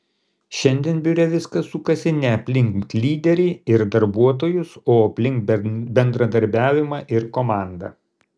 šiandien biure viskas sukasi ne aplink lyderį ir darbuotojus o aplink bendradarbiavimą ir komandą